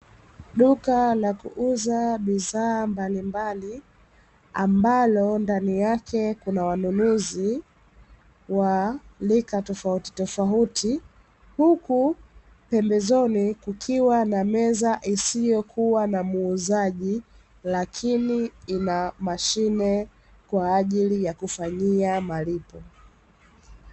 Duka la kuuza bidhaa mbalimbali, ambalo ndani yake kuna wanunuzi, wa rika tofautitofauti, huku pembezoni kukiwa na meza isiyokuwa na muuzaji, lakini ina mashine kwa ajili ya kufanyia malipo.